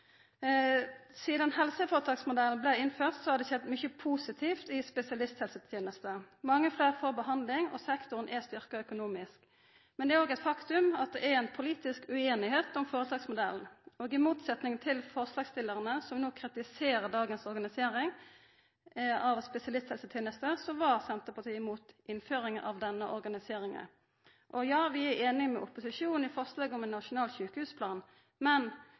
Sidan helseføretaksmodellen blei innført, har det skjedd mykje positivt i spesialisthelsetenesta. Mange fleire får behandling, og sektoren er styrkt økonomisk. Men det er òg eit faktum at det er ei politisk ueinigheit om føretaksmodellen. I motsetning til forslagsstillarane, som no kritiserer dagens organisering av spesialisthelsetenesta, var Senterpartiet imot ei innføring av denne organiseringa. Vi er einige med opposisjonen når det gjeld forslaget om ein nasjonal sjukehusplan, men